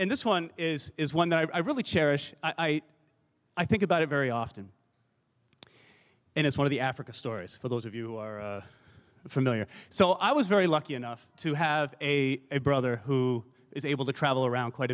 and this one is is one that i really cherish i think about it very often and it's one of the africa stories for those of you familiar so i was very lucky enough to have a brother who is able to travel around quite